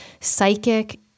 psychic